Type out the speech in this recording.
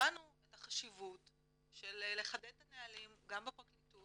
והבנו את החשיבות של לחדד את הנהלים גם בפרקליטות,